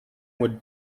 would